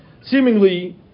seemingly